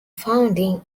founding